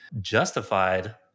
justified